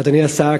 אדוני השר,